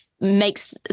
makes